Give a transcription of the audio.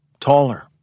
taller